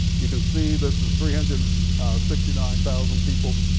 you can see this is three hundred and sixty nine thousand people.